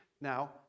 Now